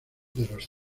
los